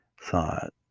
thought